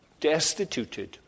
destituted